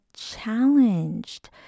Challenged